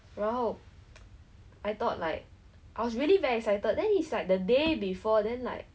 technically with ours financial stability at home I I like the job is for my future